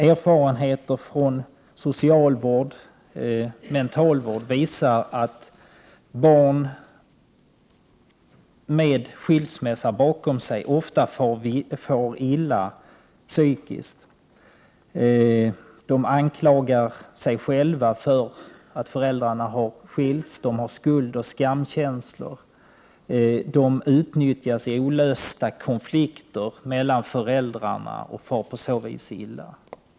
Erfarenheter från socialvård och mentalvård visar att barn med skilsmässa bakom sig ofta far illa psykiskt. De anklagar sig själva för att föräldrarna har skilts. De har skuldoch skamkänslor. De utnyttjas i olösta konflikter mellan föräldrarna och far på så vis illa.